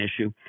issue